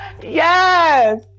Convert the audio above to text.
yes